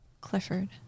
Clifford